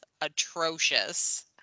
atrocious